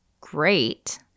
great